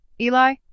Eli